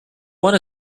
want